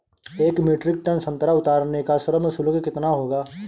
एक metric tonne संतरा उतारने का श्रम शुल्क कितना होगा?